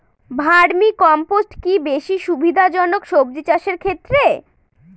Vermi compost কি বেশী সুবিধা জনক সবজি চাষের ক্ষেত্রে?